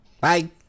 Bye